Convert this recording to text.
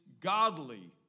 godly